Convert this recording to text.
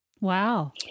Wow